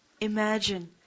Imagine